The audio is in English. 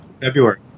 February